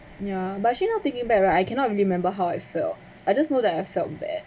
ya but she now taking back right I cannot really remember how I felt I just know that I felt bad